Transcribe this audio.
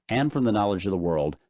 and from the knowledge of the world,